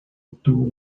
obtuvo